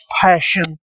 passion